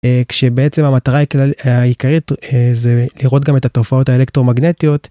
כשבעצם המטרה העיקרית זה לראות גם את התופעות האלקטרומגנטיות.